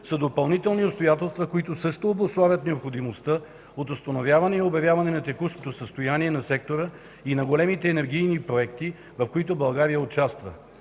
са допълнителни обстоятелства, които също обуславят необходимостта от установяване и обявяване на текущото състояние на сектора и на големите енергийни проекти, в които България участва.